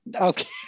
okay